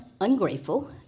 ungrateful